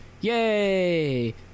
Yay